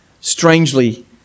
strangely